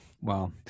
Wow